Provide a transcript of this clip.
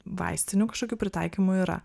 vaistinių kažkokių pritaikymų yra